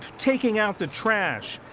taking out the trash,